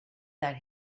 that